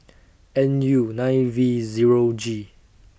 N U nine V Zero G